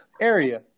area